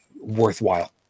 worthwhile